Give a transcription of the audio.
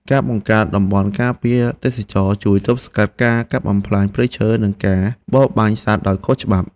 ការបង្កើតតំបន់ការពារទេសចរណ៍ជួយទប់ស្កាត់ការកាប់បំផ្លាញព្រៃឈើ និងការបរបាញ់សត្វដោយខុសច្បាប់។